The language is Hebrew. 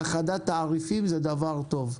האחדת תעריפים זה דבר טוב.